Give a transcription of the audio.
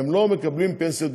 הם לא מקבלים פנסיה.